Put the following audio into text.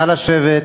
נא לשבת.